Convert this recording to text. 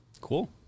Cool